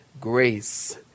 grace